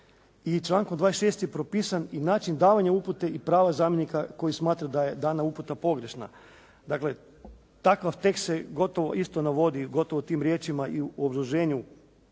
I člankom 26. je propisan i način davanja upute i prava zamjenika koji smatra da je dana uputa pogrešna. Dakle, takav tekst se gotovo isto navodi, gotovo tim riječima i u obrazloženju